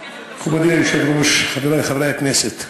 מכובדי היושב-ראש, חברי חברי הכנסת,